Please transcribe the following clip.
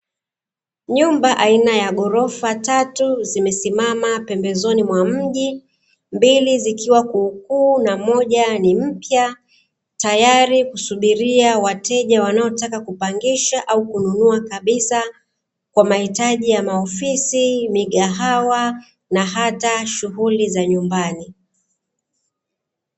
Nyumba aina ya ghorofa; tatu zimesimama pembezoni mwa mji, mbili zikiwa kuukuu na moja ni mpya; tayari kusubiria wateja wanaotaka kupangisha au kununua kabisa kwa mahitaji ya: maofisi, migahawa na hata shughuli za nyumbani.